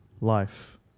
life